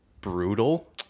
brutal